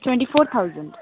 twenty four thousand